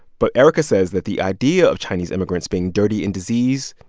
but erika says that the idea of chinese immigrants being dirty and diseased,